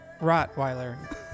Rottweiler